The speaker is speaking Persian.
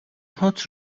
هات